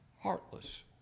heartless